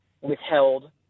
withheld